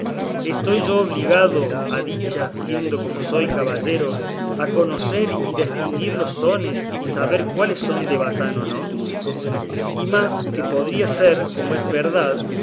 estoy yo obligado a dicha siendo como soy caballero a conocer y destinguir los sones y saber cuáles son de batán o no y más que podría ser como es verdad